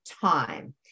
time